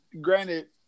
granted